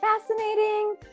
fascinating